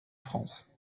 france